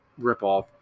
ripoff